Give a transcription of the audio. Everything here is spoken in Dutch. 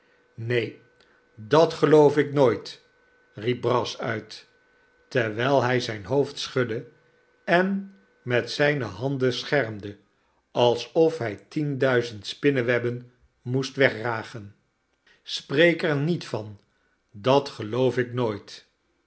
neen dat geloof ik nooit riep brass uit tewijl hij zijn hoofd schudde en met zijne handen schermde alsof hij tien duizend spinnewebben moest wegragen spreek er niet van dat geloof ik nooit